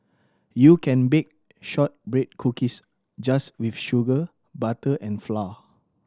you can bake shortbread cookies just with sugar butter and flour